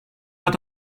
out